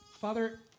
Father